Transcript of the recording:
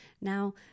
Now